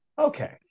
Okay